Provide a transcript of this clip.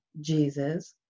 Jesus